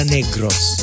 Negros